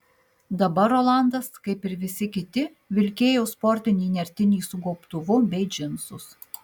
dabar rolandas kaip ir visi kiti vilkėjo sportinį nertinį su gobtuvu bei džinsus